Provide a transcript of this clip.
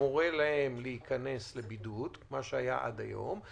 שמורה להם להיכנס לבידוד, מה שהיה עד היום.